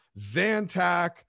zantac